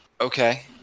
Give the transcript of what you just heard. okay